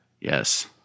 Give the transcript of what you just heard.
Yes